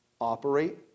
Operate